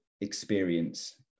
experience